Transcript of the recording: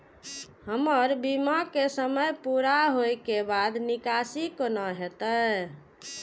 हमर बीमा के समय पुरा होय के बाद निकासी कोना हेतै?